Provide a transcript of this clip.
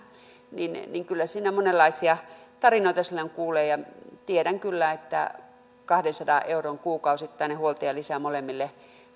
kyllä monenlaisia tarinoita silloin kuulee ja tiedän kyllä että kahdensadan euron kuukausittainen huoltajalisä molemmille